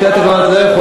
לפי התקנון את לא יכולה.